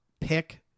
pick